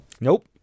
Nope